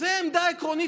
זאת עמדה עקרונית,